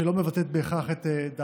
שלא בהכרח מבטאת את דעתי.